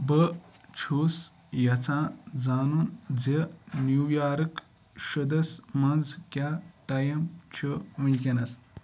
بہٕ چھُس یَژھان زانُن زِ نیو یارک شُدس منٛز کیٛاہ ٹایم چھُ وُنکٮ۪نَس